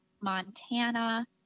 Montana